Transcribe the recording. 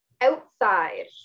outside